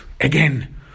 again